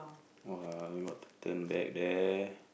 [wah] only got turn deck there